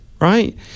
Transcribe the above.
Right